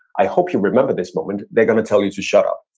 i hope you remember this moment, they're going to tell you to shut up.